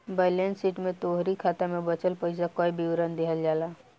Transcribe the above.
balance sheet में तोहरी खाता में बचल पईसा कअ विवरण देहल जाला